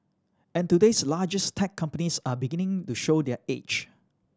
and today's largest tech companies are beginning to show their age